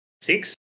Six